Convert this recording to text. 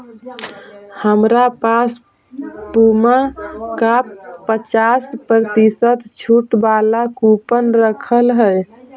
हमरा पास पुमा का पचास प्रतिशत छूट वाला कूपन रखल हई